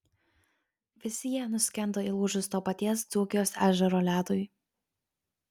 visi jie nuskendo įlūžus to paties dzūkijos ežero ledui